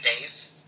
days